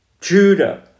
Judah